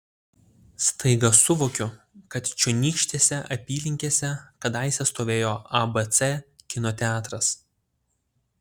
staiga suvokiu kad čionykštėse apylinkėse kadaise stovėjo abc kino teatras